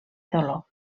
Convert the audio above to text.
dolor